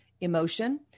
emotion